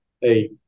hey